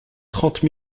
trente